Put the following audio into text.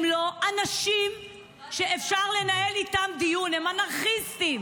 הם לא אנשים שאפשר לנהל איתם דיון, הם אנרכיסטים.